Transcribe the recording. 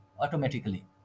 automatically